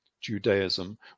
Judaism